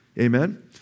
amen